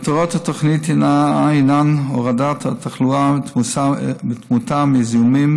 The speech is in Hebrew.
מטרות התוכנית הינן הורדת תחלואה ותמותה מזיהומים